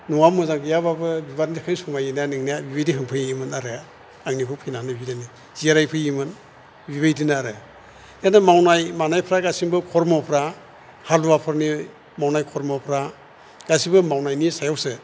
न'आ मोजां गैयाबाबो बिबारनि थाखाय समायो ना नोंना बिदि होफैयोमोन आरो आंनिखौ फैनानै बिदिनो जिरायफैयोमोन बिबायदिनो आरो खिन्थु मावनाय मानायफ्रा गासिबो खरमफ्रा हालुफोरनि मावनाय खरमफ्रा गासिबो मावनायनि सायावसो